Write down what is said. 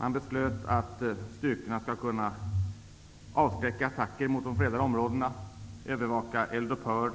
Man beslöt att styrkorna skall kunna avskräcka attacker mot de fredade områdena, övervaka eldupphör,